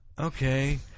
okay